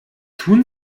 tun